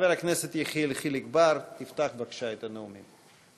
חבר הכנסת יחיאל חיליק בר יפתח בבקשה את הנאומים.